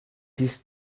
his